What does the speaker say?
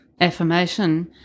affirmation